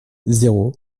zéro